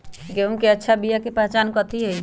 गेंहू के अच्छा बिया के पहचान कथि हई?